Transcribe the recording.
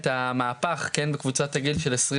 את המהפך בקבוצות הגיל של עשרים